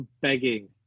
begging